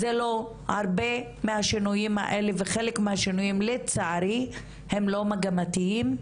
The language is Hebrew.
זה לא הרבה מהשינויים האלה וחלק מהשינויים לצערי הם לא מגמתיים,